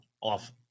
off